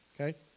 Okay